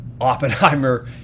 Oppenheimer